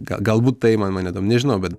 gal galbūt tai man mane domina nežinau bet